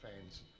fans